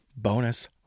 Bonus